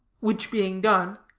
which being done,